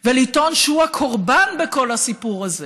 ולטעון שהוא הקורבן בכל הסיפור הזה.